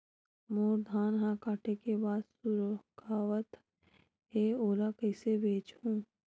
मोर धान ह काटे के बाद सुखावत हे ओला कइसे बेचहु?